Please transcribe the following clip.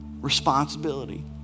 responsibility